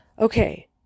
Okay